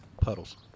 Puddles